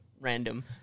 random